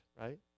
right